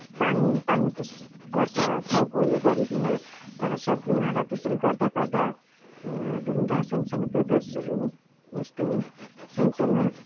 पानी तान्न त गर्छ टाउको उयो गरिकन तर सक्दैन र त्यसरी गर्दा गर्दा ढुङ्गा सानसानो फेबल्सहरू यस्तो सानसानो